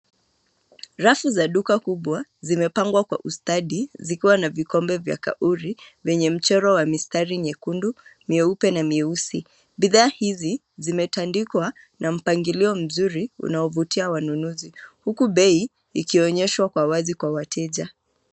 Rafu za duka kubwa, zimepangwa kwa ustadi zikiwa na vikombe vya kauli, vyenye mchoro wa mistari nyekundu, mieupe na mieusi. Bidhaa hizi, zimetandikwa, na mpangilio mzuri unaovutia wanunuzi, huku bei, ikionyeshwa kwa wazi kwa wateja.